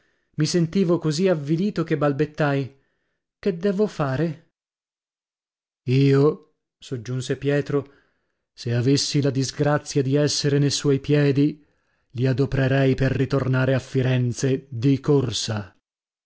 i sentivo così avvilito che balbettai che devo fare io soggiunse pietro se avessi la disgrazia di essere ne suoi piedi li adoprerei per ritornare a firenze di corsa